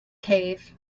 cave